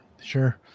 Sure